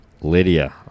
Lydia